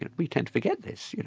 and we tend to forget this.